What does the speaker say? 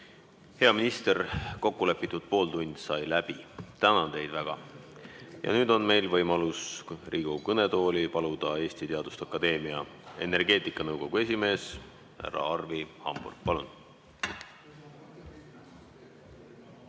Hea minister, kokku lepitud pooltund sai läbi. Tänan teid väga! Nüüd on meil võimalus Riigikogu kõnetooli paluda Eesti Teaduste Akadeemia energeetikanõukogu esimees härra Arvi Hamburg. Palun!